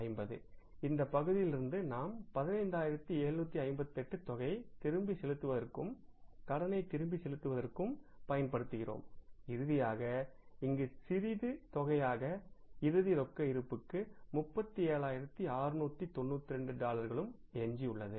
48450 இந்த பகுதியிலிருந்து நாம் 15758 தொகையை திருப்பிச் செலுத்துவதற்கு கடனைத் திருப்பிச் செலுத்துவதற்கு பயன்படுத்துகிறோம் இறுதியாக இங்கு சிறிது தொகையாக இறுதி ரொக்க இருப்புக்கு 37692 டாலர்களும் எஞ்சியுள்ளது